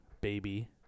baby